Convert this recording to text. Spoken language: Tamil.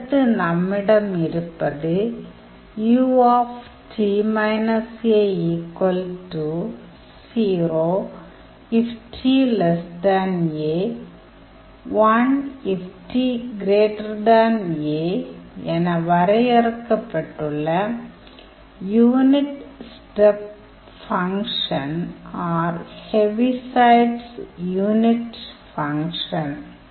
அடுத்து நம்மிடம் இருப்பது என வரையறுக்கப்பட்டுள்ள unit step function or Heaviside's unit function Unit step function or Heaviside's unit function